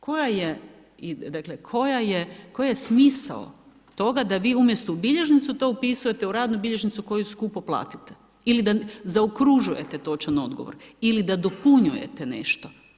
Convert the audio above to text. Koja je dakle, koji je smisao toga da vi umjesto u bilježnicu to upisujete u radnu bilježnicu koju skupo platite ili da zaokružujete točan odgovor ili da dopunjujete nešto.